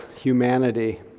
humanity